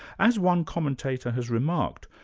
as one commentator has remarked,